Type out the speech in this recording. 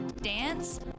dance